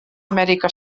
amèrica